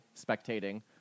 spectating